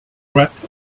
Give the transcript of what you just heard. breath